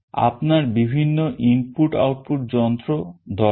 আপনার বিভিন্ন input output যন্ত্র দরকার